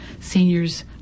Seniors